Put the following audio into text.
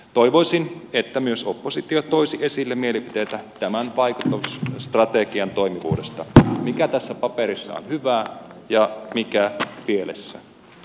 toivoisin että myös oppositio toisi esille mielipiteitä tämän vaikuttamisstrategian toimivuudesta mikä tässä paperissa on hyvää ja mikä pielessä